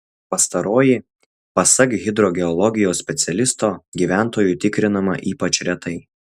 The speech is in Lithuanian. pastaroji pasak hidrogeologijos specialisto gyventojų tikrinama ypač retai